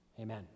Amen